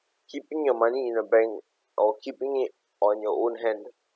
keeping your money in the bank or keeping it on your own hand